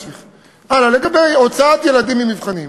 לגבי הוצאת ילדים ממבחנים,